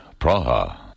Praha